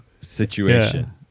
situation